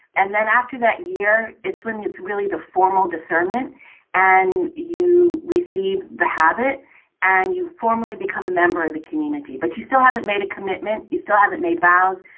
and then after that year, it's when it's really the formal discernment and you receive the habit and you formally become a member of the community. but you still haven't made a commitment. you still haven't made vows.